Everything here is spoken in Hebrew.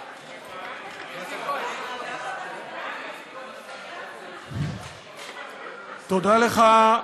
6136. תודה לך,